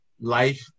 life